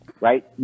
right